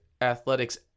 Athletics